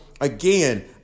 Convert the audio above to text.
again